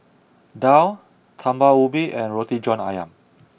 Daal Talam Ubi and Roti John Ayam